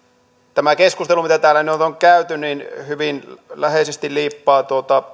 tämä keskustelu mitä täällä nyt on käyty hyvin läheisesti liippaa